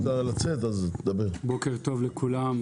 בוקר טוב לכולם.